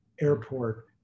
airport